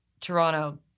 Toronto